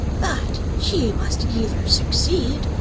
but she must either succeed,